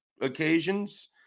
occasions